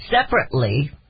separately